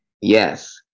Yes